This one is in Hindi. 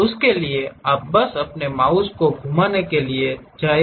उसके लिए आप बस अपने माउस को घुमाने के लिए जाएँ